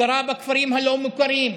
הכרה בכפרים הלא-מוכרים,